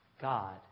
God